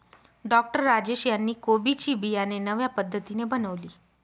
doctor Rajesh यांनी कोबी ची बियाणे नव्या पद्धतीने बनवली